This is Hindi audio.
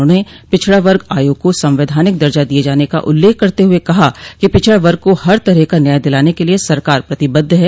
उन्होंने पिछड़ा वर्ग आयोग को संवैधानिक दर्जा दिये जाने का उल्लेख करते हुए कहा कि पिछड़ा वर्ग को हर तरह का न्याय दिलाने के लिए सरकार प्रतिबद्ध है